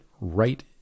right